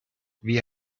wie